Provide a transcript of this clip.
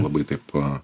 labai taip